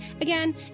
again